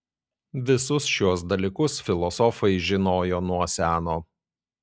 visus šiuos dalykus filosofai žinojo nuo seno